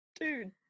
dude